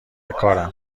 کارم